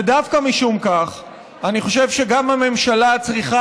ודווקא משום כך אני חושב שגם הממשלה צריכה